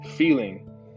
feeling